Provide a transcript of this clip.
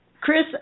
Chris